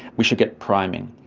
we should get priming.